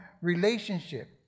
relationship